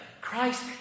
Christ